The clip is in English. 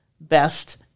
best